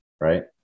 right